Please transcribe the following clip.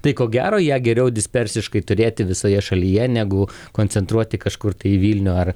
tai ko gero ją geriau dispersiškai turėti visoje šalyje negu koncentruoti kažkur tai į vilnių ar